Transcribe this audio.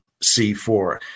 C4